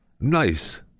Nice